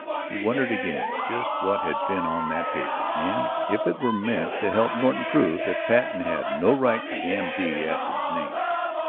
she wondered again just what had been on that paper, and if it were meant to help norton prove that patten had no right to the m d. after his name?